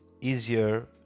easier